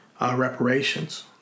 reparations